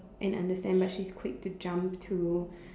and understand but she's quick to jump to